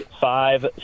five